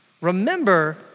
remember